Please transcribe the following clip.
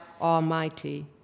Almighty